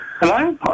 Hello